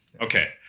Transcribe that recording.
Okay